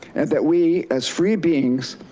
and that we as free beings,